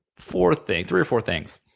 four things three, or four things